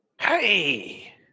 Hey